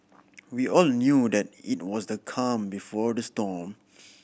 we all knew that it was the calm before the storm